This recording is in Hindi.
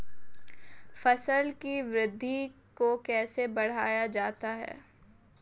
फसल की वृद्धि को कैसे बढ़ाया जाता हैं?